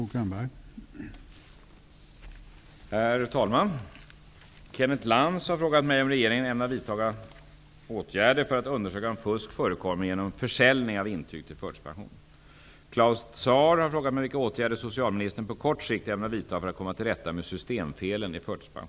Svaret är nej!